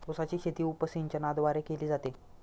उसाची शेती उपसिंचनाद्वारे केली जाते